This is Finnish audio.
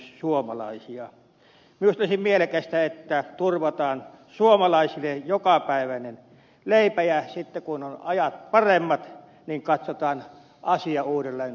minusta olisi mielekästä että turvataan suomalaisille jokapäiväinen leipä ja sitten kun on ajat paremmat katsotaan asia uudelleen turvapaikanhakijoiden suhteen